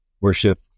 worship